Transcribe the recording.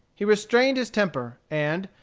he restrained his temper, and,